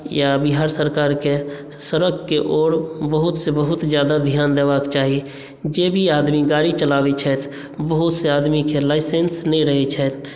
या बिहार सरकारकेँ सड़कके ओर बहुत से बहुत जादा ध्यान देबाक चाही जे भी आदमी गाड़ी चलाबै छथि बहुत से आदमीकेँ लाइसेंस नहि रहै छनि